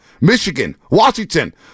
Michigan-Washington